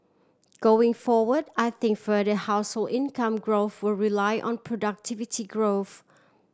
going forward I think further household income growth will rely on productivity growth